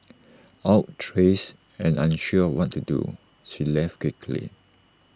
outrages and unsure of what to do she left quickly